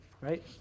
right